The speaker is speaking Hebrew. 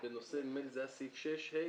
בנושא, נדמה לי שזה היה סעיף 6(ה).